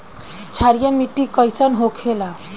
क्षारीय मिट्टी कइसन होखेला?